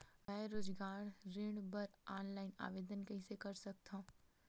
मैं रोजगार ऋण बर ऑनलाइन आवेदन कइसे कर सकथव?